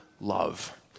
love